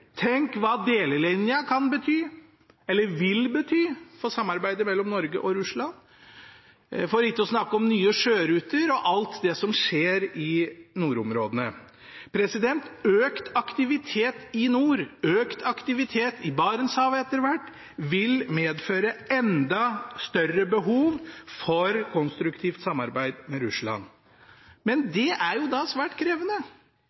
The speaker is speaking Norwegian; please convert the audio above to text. Tenk hva delelinja kan bety, eller vil bety, for samarbeidet mellom Norge og Russland, for ikke å snakke om nye sjøruter og alt det som skjer i nordområdene. Økt aktivitet i nord, økt aktivitet i Barentshavet – etter hvert – vil medføre enda større behov for konstruktivt samarbeid med Russland. Men det er svært krevende.